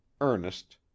Ernest